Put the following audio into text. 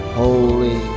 holy